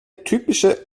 typische